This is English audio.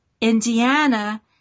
Indiana